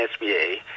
SBA